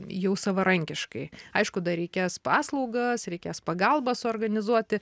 jau savarankiškai aišku dar reikės paslaugas reikės pagalbą suorganizuoti